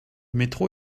métro